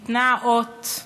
ניתנה האות,